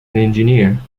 engineer